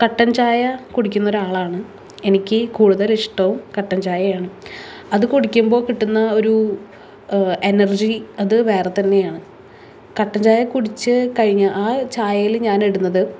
കട്ടൻ ചായ കുടിക്കുന്നൊരാളാണ് എനിക്ക് കൂടുതൽ ഇഷ്ടവും കട്ടൻ ചായയാണ് അത് കുടിക്കുമ്പോൾ കിട്ടുന്ന ഒരു എനർജി അത് വേറെ തന്നെയാണ് കട്ടൻ ചായ കുടിച്ച് കഴിഞ്ഞാൽ ആ ചായയിൽ ഞാനിടുന്നത്